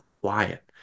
quiet